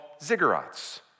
ziggurats